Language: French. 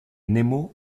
nemo